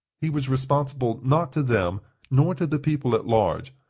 he was responsible, not to them nor to the people at large,